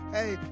Hey